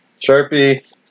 Sharpie